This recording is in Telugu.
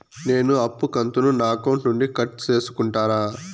నేను అప్పు కంతును నా అకౌంట్ నుండి కట్ సేసుకుంటారా?